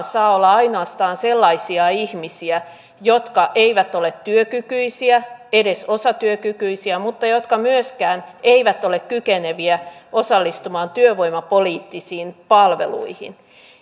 saa olla ainoastaan sellaisia ihmisiä jotka eivät ole työkykyisiä edes osatyökykyisiä mutta jotka myöskään eivät ole kykeneviä osallistumaan työvoimapoliittisiin palveluihin